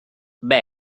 ben